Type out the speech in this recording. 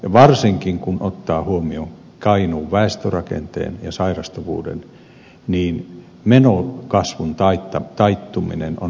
varsinkin kun ottaa huomioon kainuun väestörakenteen ja sairastuvuuden menokasvun taittuminen on ollut merkille pantavaa